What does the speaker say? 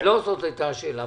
לא זאת הייתה השאלה.